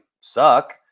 suck